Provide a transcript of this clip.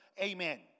amen